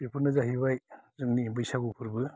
बेफोरनो जाहैबाय जोंनि बैसागु फोरबो